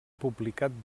publicat